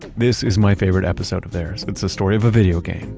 this is my favorite episode of theirs. it's a story of a video game.